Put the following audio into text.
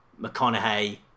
McConaughey